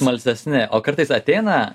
smalsesni o kartais ateina